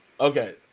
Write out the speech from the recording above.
okay